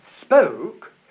spoke